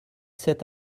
sept